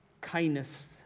kindness